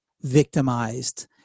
victimized